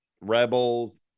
Rebels